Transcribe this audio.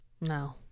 No